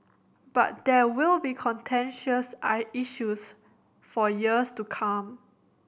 but there will be contentious I issues for years to come